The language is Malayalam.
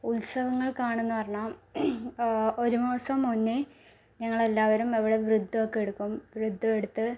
ഉത്സവങ്ങൾക്കാണെന്ന് പറഞ്ഞാൽ ഒരു മാസം മുന്നേ ഞങ്ങളെല്ലാവരും ഇവിടെ വ്രതമൊക്കെ എടുക്കും വ്രതം എടുത്ത്